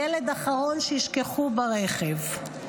הילד האחרון שישכחו ברכב.